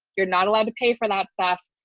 you're not allowed to pay for that stuff,